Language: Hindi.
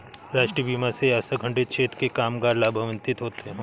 राष्ट्रीय बीमा से असंगठित क्षेत्र के कामगार लाभान्वित होंगे